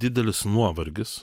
didelis nuovargis